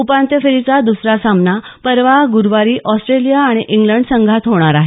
उपांत्य फेरीचा द्रसरा सामना परवा गुरुवारी ऑस्ट्रेलिया आणि इंग्लंड संघात होणार आहे